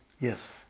Yes